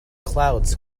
clouds